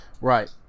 Right